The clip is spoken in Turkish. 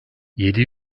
yedi